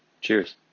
cheers